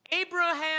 Abraham